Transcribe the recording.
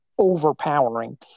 overpowering